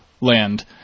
land